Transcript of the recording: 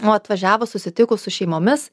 o atvažiavus susitikus su šeimomis